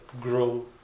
grow